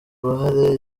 uruhare